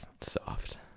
Soft